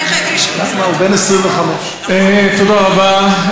הוא בן 25. תודה רבה.